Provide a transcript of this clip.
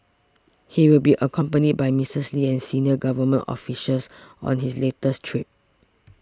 he will be accompanied by Missus Lee and senior government officials on his latest trip